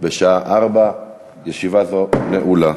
בשעה 16:00. ישיבה זו נעולה.